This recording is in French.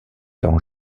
temps